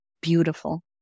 beautiful